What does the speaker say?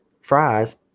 fries